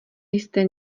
jste